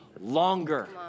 longer